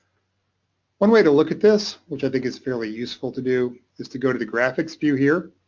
one way to look at this, which i think is fairly useful to do, is to go to the graphics view here.